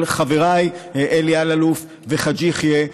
לחבריי אלי אלאלוף וחאג' יחיא,